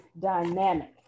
dynamic